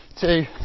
Two